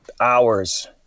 hours